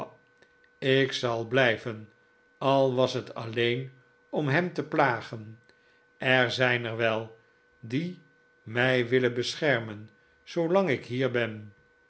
ik zal blijven al was het alleen om hem te plagen er zijn er wel die mij willen beschermen zoolang ik hier ben